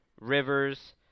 Rivers